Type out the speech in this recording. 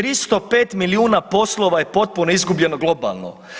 305 milijuna poslova je potpuno izgubljeno globalno.